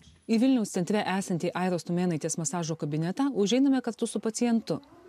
į vilniaus centre esantį airos tumėnaitės masažo kabinetą užeiname kartu su pacientu